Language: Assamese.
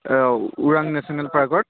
এই ওৰাং নেশ্যনেল পাৰ্কত